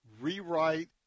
rewrite